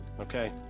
Okay